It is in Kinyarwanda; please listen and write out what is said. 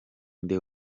nde